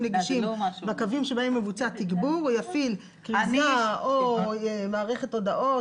נגישים בקווים שבהם מבוצע תגבור כריזה ככל הניתן או מערכת של הודעות